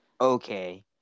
okay